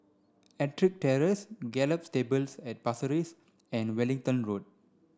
Ettrick Terrace Gallop Stables at Pasir Ris and Wellington Road